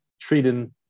treating